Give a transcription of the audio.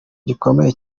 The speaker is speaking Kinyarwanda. gikomeye